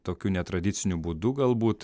tokiu netradiciniu būdu galbūt